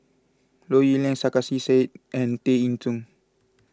Low Yen Ling Sarkasi Said and Tay Eng Soon